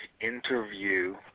interview